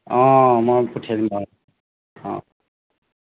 অঁ মই পঠিয়াই দিম বাৰু অঁ